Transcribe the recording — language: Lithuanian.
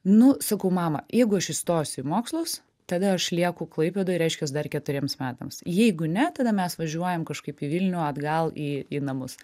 nu sakau mama jeigu aš įstosiu į mokslus tada aš lieku klaipėdoj reiškias dar keturiems metams jeigu ne tada mes važiuojam kažkaip į vilnių atgal į į namus